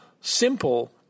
simple